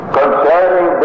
concerning